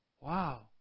Wow